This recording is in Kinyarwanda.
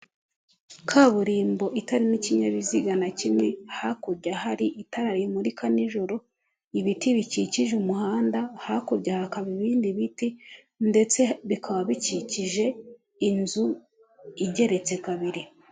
Kaburimbo itarimo ikinyabiziga na kimwe, hakurya hari itara rimurika nijoro, ibiti bikikije umuhanda, hakurya hakaba ibindi biti ndetse bikaba bikikije inzu igeretse kabiri.